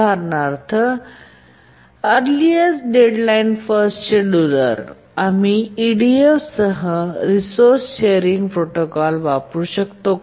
उदाहरणार्थ earliest deadline first scheduler आम्ही EDF सह रिसोअर्स शेअरींग प्रोटोकॉल वापरू शकतो